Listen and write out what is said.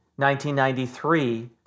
1993